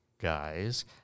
guys